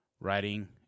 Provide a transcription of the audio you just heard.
writing